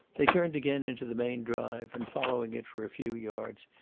they turned again into the main drive, and, following it for a few yards,